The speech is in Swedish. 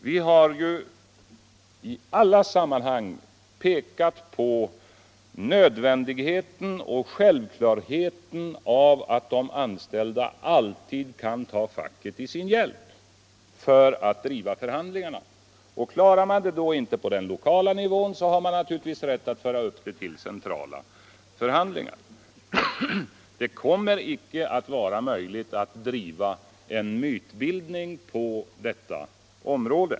Vi har ju i alla sammanhang pekat på det nödvändiga och självklara i att de anställda alltid kan ta facket till sin hjälp för att bedriva förhandlingarna. Klarar man inte detta på den lokala nivån, har man naturligtvis rätt att föra upp dem till centrala förhandlingar. Det kommer icke att vara möjligt att åstadkomma någon mytbildning på detta område.